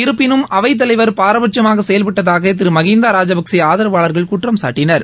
இருப்பினும் அவைத் தலைவர் பாரபட்சுமாக செயல்பட்டதாக திரு மகிந்தா ராஜபச்சே ஆதரவார்கள் குற்றம் சாட்டினர்